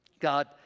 God